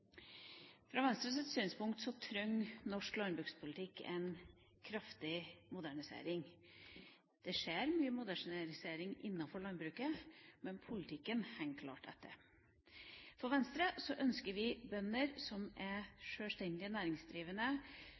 Fra Venstres synspunkt trenger norsk landbrukspolitikk en kraftig modernisering. Det skjer mye modernisering innenfor landbruket, men politikken henger klart etter. Venstre ønsker bønder som er sjølstendig næringsdrivende,